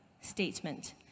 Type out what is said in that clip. statement